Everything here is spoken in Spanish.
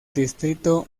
distrito